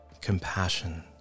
compassion